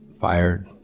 fired